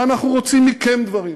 ואנחנו רוצים מכם דברים,